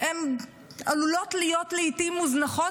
הן עלולות להיות לעיתים מוזנחות,